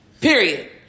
Period